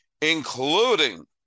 including